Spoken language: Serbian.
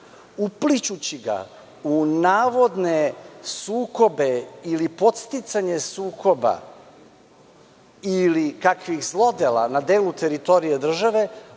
uplićući ga u navodne sukobe, podsticanje sukoba ili kakvih zlodela na delu teritorije države,